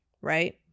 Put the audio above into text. right